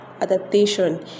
adaptation